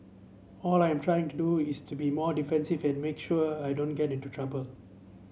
all I'm trying to do is to be more defensive and make sure I don't get into trouble